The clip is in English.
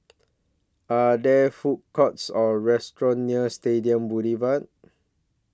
Are There Food Courts Or restaurants near Stadium Boulevard